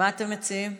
מה אתם מציעים?